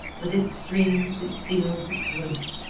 with its streams, its fields, its woods,